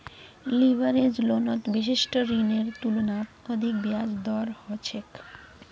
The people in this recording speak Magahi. लीवरेज लोनत विशिष्ट ऋनेर तुलनात अधिक ब्याज दर ह छेक